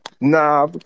nah